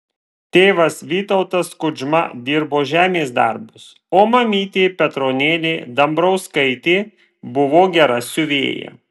tėvas vytautas kudžma dirbo žemės darbus o mamytė petronėlė dambrauskaitė buvo gera siuvėja